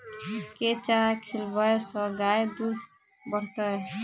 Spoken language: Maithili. केँ चारा खिलाबै सँ गाय दुध बढ़तै?